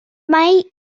mae